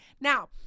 Now